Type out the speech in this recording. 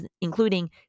including